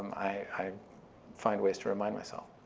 i find ways to remind myself.